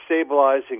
stabilizing